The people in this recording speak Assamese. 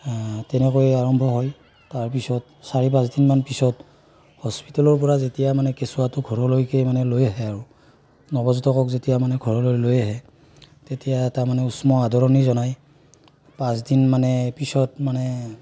তেনেকৈ আৰম্ভ হয় তাৰপিছত চাৰি পাঁচদিন মান পিছত হস্পিটেলৰ পৰা যেতিয়া মানে কেঁচুৱাটো ঘৰলৈকে মানে লৈ আহে আৰু নৱজাতকক যেতিয়া মানে ঘৰলৈ লৈ আহে তেতিয়া এটা মানে উষ্ম আদৰণি জনায় পাঁচদিন মানে পিছত মানে